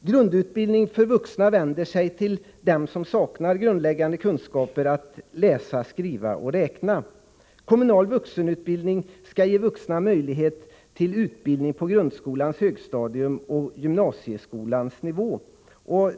Grundutbildning för vuxna vänder sig till dem som saknar grundläggande kunskaper i att läsa, skriva och räkna. Kommunal vuxenutbildning skall ge vuxna möjlighet till utbildning på grundskolans högstadium och på gymnasieskolans nivå.